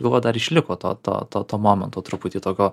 buvo dar išliko to to to to momento truputį tokio